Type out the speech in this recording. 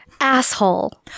Asshole